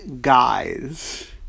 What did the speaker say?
guys